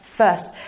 first